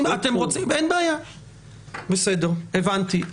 בסדר, הבנתי.